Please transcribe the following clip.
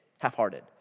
half-hearted